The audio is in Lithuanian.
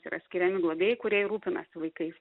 yra skiriami globėjai kurie ir rūpinasi vaikais